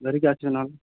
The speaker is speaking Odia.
ଯଦି ଗ୍ୟାଷ୍ଟିକ ନ ହେଲା